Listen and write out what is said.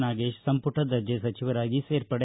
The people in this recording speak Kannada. ನಾಗೇಶ್ ಸಂಪುಟ ದರ್ಜೆ ಸಚಿವರಾಗಿ ಸೇರ್ಪಡೆ